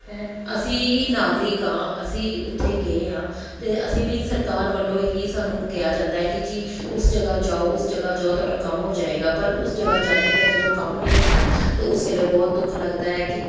ਹੈਂ ਅਸੀਂ ਨਾਗਰਿਕ ਹਾਂ ਅਸੀਂ ਉੱਥੇ ਗਏ ਹਾਂ ਅਤੇ ਅਸੀਂ ਵੀ ਸਰਕਾਰ ਵੱਲੋਂ ਹੀ ਸਾਨੂੰ ਕਿਹਾ ਜਾਂਦਾ ਕਿ ਜੀ ਉਸ ਜਗ੍ਹਾ ਜਾਓ ਉਸ ਜਗ੍ਹਾ ਜਾਓ ਤੁਹਾਡਾ ਕੰਮ ਹੋ ਜਾਵੇਗਾ ਪਰ ਉਸ ਜਗ੍ਹਾ ਜਾ ਕੇ ਅਗਰ ਜਦੋਂ ਕੰਮ ਨਹੀਂ ਹੁੰਦਾ ਅਤੇ ਉਸ ਵੇਲੇ ਬਹੁਤ ਦੁੱਖ ਲੱਗਦਾ ਹੈ ਕਿ